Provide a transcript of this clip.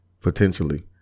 potentially